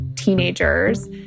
Teenagers